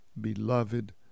beloved